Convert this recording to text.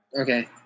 Okay